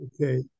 okay